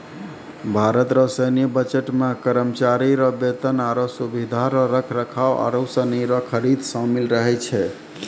भारत रो सैन्य बजट मे करमचारी रो बेतन, आरो सुबिधा रो रख रखाव आरू सनी रो खरीद सामिल रहै छै